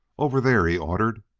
over there! he ordered.